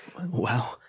Wow